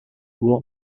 uhr